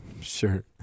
Sure